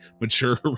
mature